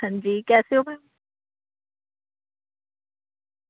अंजी कैसे ओ